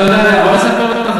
אתה יודע, בוא אני אספר לך.